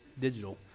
digital